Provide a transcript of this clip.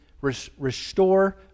restore